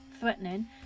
threatening